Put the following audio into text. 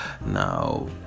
Now